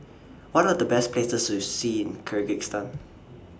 What Are The Best Places to See in Kyrgyzstan